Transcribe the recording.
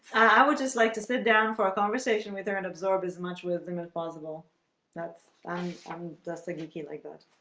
i would just like to sit down for a conversation with her and absorb as much with them as possible that's i'm um just a geek ii like that